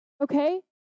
okay